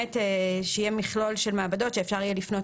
אלא שיהיה מכלול של מעבדות שאפשר יהיה לפנות